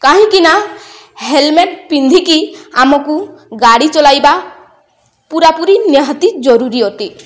କାହିଁକି ନା ହେଲମେଟ ପିନ୍ଧିକି ଆମକୁ ଗାଡ଼ି ଚଲାଇବା ପୂୁରାପୁରି ନିହାତି ଜରୁରୀ ଅଟେ